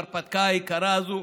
להרפתקה היקרה הזאת,